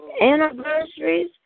anniversaries